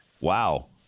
Wow